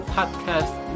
Podcast